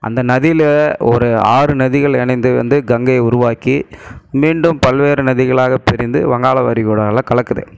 அந்த நதியில் ஒரு ஆறு நதிகள் இணைந்து வந்து கங்கை உருவாக்கி மீண்டும் பல்வேறு நதிகளாக பிரிந்து வங்காள விரிகுடாவில் கலக்குது